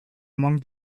among